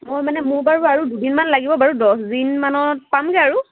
মই মানে মোৰ বাৰু আৰু দুদিনমান লাগিব বাৰু দহদিনমানত পামগৈ আৰু